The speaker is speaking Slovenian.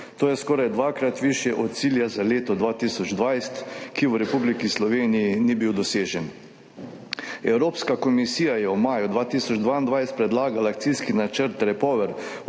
To je skoraj dvakrat višje od cilja za leto 2020, ki v Republiki Sloveniji ni bil dosežen. Evropska komisija je v maju 2022 predlagala akcijski načrt REPowerEU,